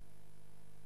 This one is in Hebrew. הדוגמנות,